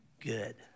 good